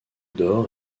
d’or